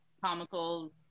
comical